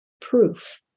proof